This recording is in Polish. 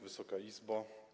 Wysoka Izbo!